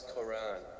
Qur'an